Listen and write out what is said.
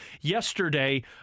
yesterday